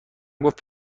گفت